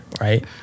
right